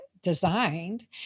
designed